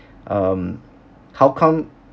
um how come